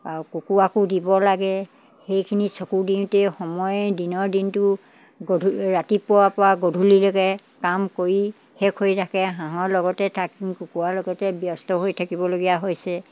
আৰু কুকুুৰাকো দিব লাগে সেইখিনি চকু দিওঁতে সময়ে দিনৰ দিনটো ৰাতিপুৱাৰপৰা গধূলিলৈকে কাম কৰি শেষ হৈ থাকে হাঁহৰ লগতে থাকি কুকুৰাৰ লগতে ব্যস্ত হৈ থাকিবলগীয়া হৈছে